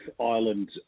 Ireland